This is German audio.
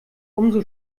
umso